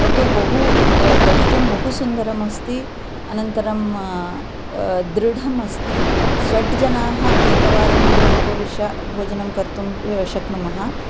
तत् तु बहु द्रष्टुं बहु सुन्दरम् अस्ति अनन्तरं दृढम् अस्ति षट् जनाः एक वारं एव उपविश्य भोजनं कर्तुं शक्नुमः